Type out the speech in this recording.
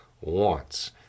wants